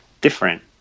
different